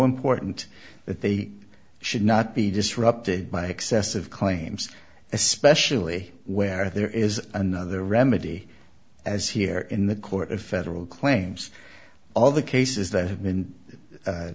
important that they should not be disrupted by excessive claims especially where there is another remedy as here in the court of federal claims all the cases that have been